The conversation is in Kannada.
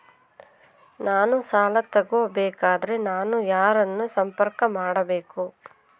ನಾನು ಸಾಲ ತಗೋಬೇಕಾದರೆ ನಾನು ಯಾರನ್ನು ಸಂಪರ್ಕ ಮಾಡಬೇಕು?